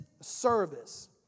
service